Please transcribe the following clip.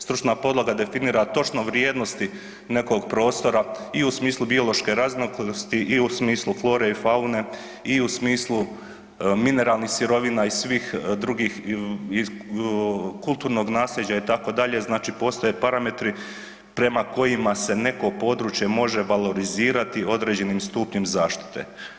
Stručna podloga definira točno vrijednosti nekog prostora i u smislu biološke raznolikosti i u smislu flore i faune i u smislu mineralnih sirovina i svih drugih, kulturnog nasljeđa, itd. znači postoje parametri prema kojima se neko područje može valorizirati određenim stupnjem zaštite.